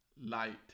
light